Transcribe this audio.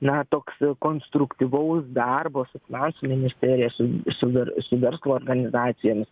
na toks konstruktyvaus darbo su finansų ministerija su su ver su verslo organizacijomis